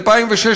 2006,